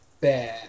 bad